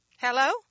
Hello